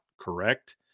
correct